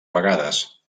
vegades